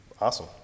awesome